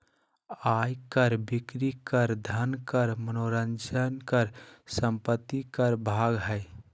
आय कर, बिक्री कर, धन कर, मनोरंजन कर, संपत्ति कर भाग हइ